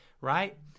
right